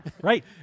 Right